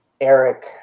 Eric